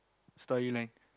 story line